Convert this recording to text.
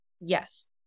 Yes